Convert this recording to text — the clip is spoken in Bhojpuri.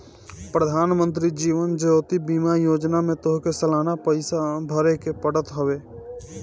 प्रधानमंत्री जीवन ज्योति बीमा योजना में तोहके सलाना पईसा भरेके पड़त हवे